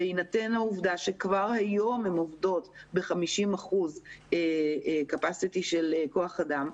בהינתן העובדה שכבר היום הן עובדות ב-50 אחוזים של כוח האדם,